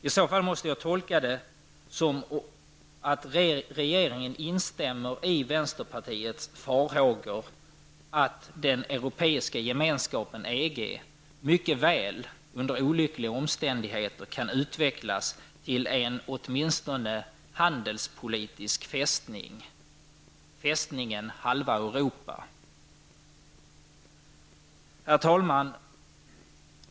I så fall måste jag tolka det så, att regeringen instämmer i vänsterpartiets farhågor att EG mycket väl under olyckliga omständigheter kan utvecklas till en åtminstone handelspolitisk fästning: Fästningen Halva Europa. Herr talman!